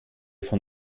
von